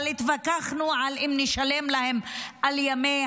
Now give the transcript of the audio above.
אבל התווכחנו על אם נשלם להם על ימי